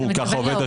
ככה עובד השוק.